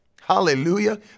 Hallelujah